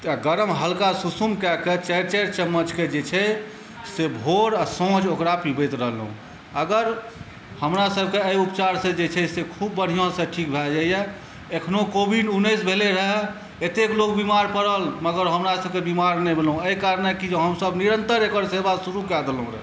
आ आ गरम हलका सुसुम कए कए चारि चारि चम्मच कए जे छै से भोर आ साँझ ओकरा पीबैत रहलहुँ अगर हमरा सबके एहि उपचार से जे छै से खूब बढ़िऑं सॅं ठीक भए जाइया एखनो कोविड उन्नैस भेल रहय एतेक लोक बिमार पड़ल मगर हमरा सबकए बिमार नहि भेलहुँ एहि कारणे कि जे हम सब निरन्तर एकर सेवा शुरू कए देलहुँ रहय